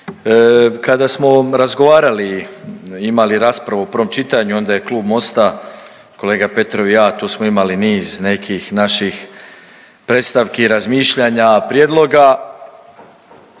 Kada smo razgovarali, imali raspravu u prvom čitanju onda je klub MOST-a, kolega Petrov i ja tu smo imali niz nekih naših predstavki, razmišljanja, prijedloga,